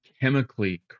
chemically